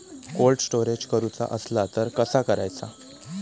Cold storage करूचा असला तर कसा करायचा?